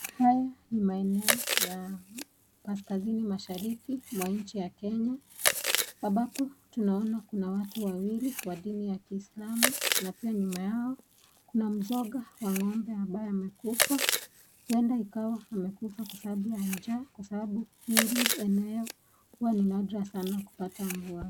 Haya ni maeneo ya kaskazini mashariki wa nchi ya kenya ambapo tunaona kuna watu wawili wa dini ya kislamu, na pia nyuma yao kuna mzoga ambaye wa ngombe ambaye amekufa. Uenda ikawa amekufa kwa sababu ya njaa, kwa sababu hili eneo huwa ni nadra sana kupata mvua.